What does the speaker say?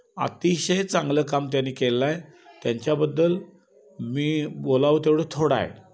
अतिशय चांगलं काम त्यानी केलेलं आहे त्यांच्याबद्दल मी बोलावं तेवढं थोडं आहे